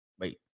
Wait